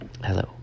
Hello